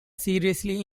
seriously